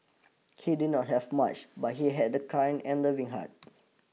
he did not have much but he had a kind and loving heart